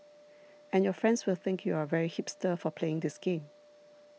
and your friends will think you are very hipster for playing this game